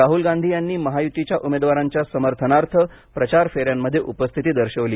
राहुल गांधी यांनी महायुतीच्या उमेदवारांच्या समर्थनार्थ प्रचार फेऱ्यानमध्ये उपस्थिती दर्शवली